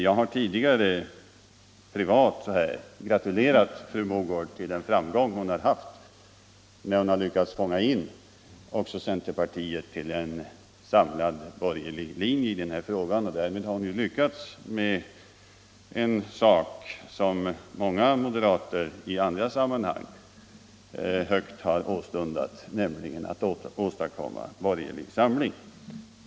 Jag har tidigare — privat — gratulerat fru Mogård till den framgång hon har haft när hon har lyckats fånga in också centerpartiet till en samlad borgerlig linje i frågan. Därmed har hon ju lyckats med en sak som många moderater i andra sammanhang högt har åstundat, nämligen att åstadkomma en borgerlig samling.